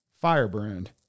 Firebrand